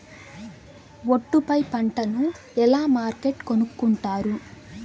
ఒట్టు పై పంటను ఎలా మార్కెట్ కొనుక్కొంటారు?